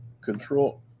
control